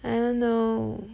I don't know